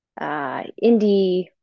indie